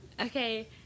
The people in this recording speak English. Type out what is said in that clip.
Okay